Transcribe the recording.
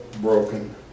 broken